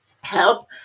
help